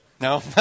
No